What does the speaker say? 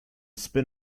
spin